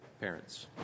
parents